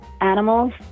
animals